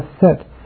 set